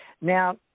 now